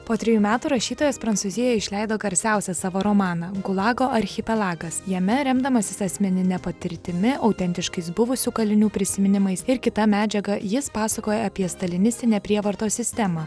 po trejų metų rašytojas prancūzijoje išleido garsiausią savo romaną gulago archipelagas jame remdamasis asmenine patirtimi autentiškais buvusių kalinių prisiminimais ir kita medžiaga jis pasakoja apie stalinistinę prievartos sistemą